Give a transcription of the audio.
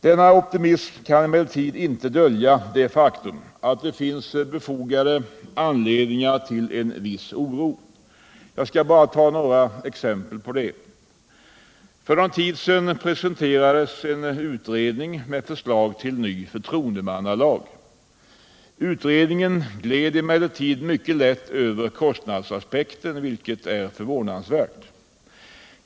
Denna optimism kan emellertid inte dölja det faktum att det finns befogade anledningar till en viss oro. Jag skall bara ta några exempel. För någon tid sedan presenterade en utredning förslag till ny förtroendemannalag. Utredningen gled emellertid mycket lätt över kostnadsaspekten, vilket är förvånansvärt.